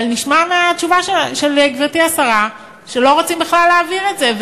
אבל נשמע מהתשובה של גברתי השרה שלא רוצים בכלל להעביר את זה,